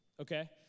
Okay